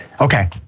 Okay